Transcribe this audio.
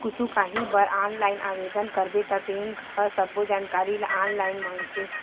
कुछु काही बर ऑनलाईन आवेदन करबे त बेंक ह सब्बो जानकारी ल ऑनलाईन मांगथे